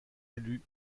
élu